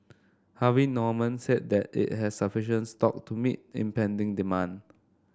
Harvey Norman said that it has sufficient stock to meet impending demand